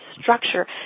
structure